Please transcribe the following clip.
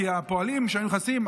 כי הפועלים שהיו נכנסים,